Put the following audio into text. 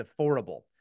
affordable